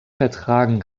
vertragen